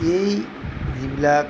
এই যিবিলাক